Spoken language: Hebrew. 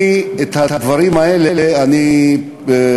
אני את הדברים האלה הבאתי,